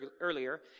earlier